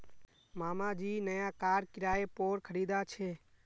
मामा जी नया कार किराय पोर खरीदा छे